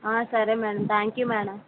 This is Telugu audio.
సరే మ్యాడం థ్యాంక్ యు మ్యాడం